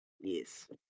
yes